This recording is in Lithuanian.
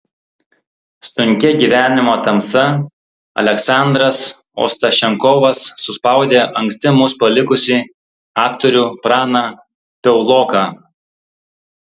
sunkia gyvenimo tamsa aleksandras ostašenkovas suspaudė anksti mus palikusį aktorių praną piauloką